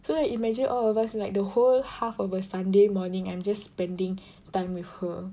so you imagine all of us like the whole half of a Sunday morning I'm just spending time with her